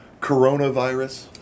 coronavirus